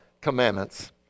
commandments